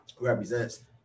represents